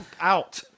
Out